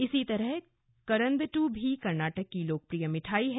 इसी तरह करंदटू भी कर्नाटक की लोकप्रिय मिठाई है